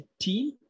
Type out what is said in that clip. team